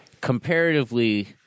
Comparatively